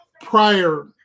prior